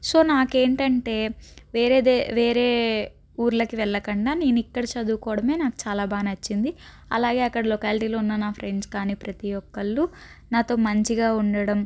so నాకేంటంటే వేరే దే వేరే ఊర్లకి వెళ్ళకుండా నేను ఇక్కడ చదువుకోవడమే నాకు చాలా బాగా నచ్చింది అలాగే అక్కడ లొకాలిటీలో ఉన్న నా ఫ్రెండ్స్ కాని ప్రతి ఒక్కళ్ళు నాతో మంచిగా ఉండడం